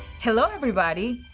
hello, everybody.